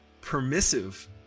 permissive